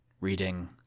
reading